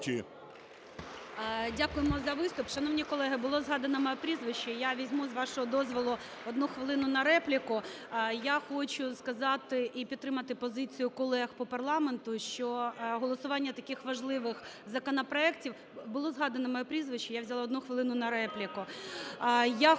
Дякуємо за виступ.